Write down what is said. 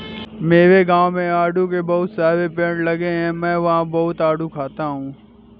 मेरे गाँव में आड़ू के बहुत सारे पेड़ लगे हैं मैं वहां बहुत आडू खाता हूँ